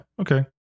okay